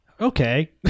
Okay